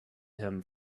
him